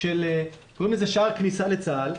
קוראים לזה שער כניסה לצה"ל,